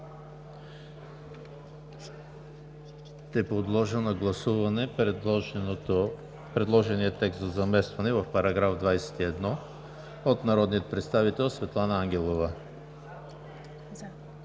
Ще подложа на гласуване предложения текст за заместване в § 21 от народния представител Светлана Ангелова.